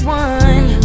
one